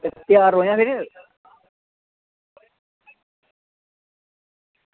ते त्यार रवेआं फिर